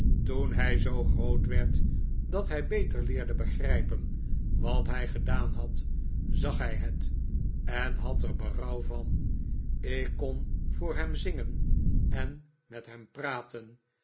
toen hij zoo groot werd dat hij beter leerde begrijpen wat hij gedaan had zag hij het en had er berouw van ik kon vopr hem zingen en met hem praten